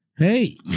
Hey